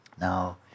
Now